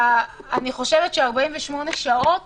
אני חושבת ש-48 שעות